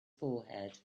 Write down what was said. forehead